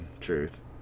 truth